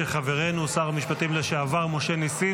שחברנו שר המשפטים לשעבר משה ניסים